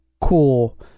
cool